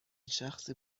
شخصی